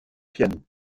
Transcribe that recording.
piano